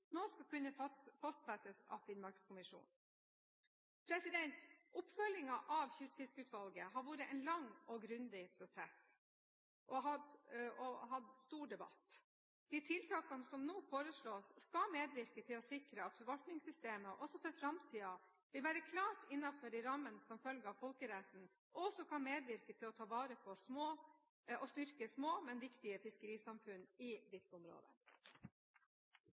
nå skal kunne fastsettes av Finnmarkskommisjonen. Oppfølgingen av Kystfiskeutvalget har vært en lang og grundig prosess – og det har vært stor debatt. De tiltakene som nå foreslås, skal medvirke til å sikre at forvaltningssystemet også for framtiden vil være klart innenfor de rammene som følger av folkeretten, og som kan medvirke til å ta vare på og styrke små, men viktige fiskerisamfunn i virkeområdet.